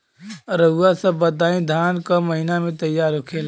रउआ सभ बताई धान क महीना में तैयार होखेला?